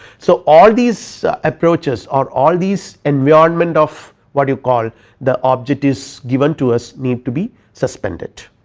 so, all these approaches or all these environments of what you call the object is given to us need to be suspended.